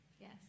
Yes